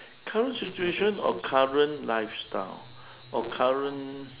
current situation or current lifestyle or current